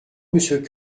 monsieur